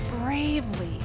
bravely